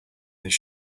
this